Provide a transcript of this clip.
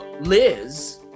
Liz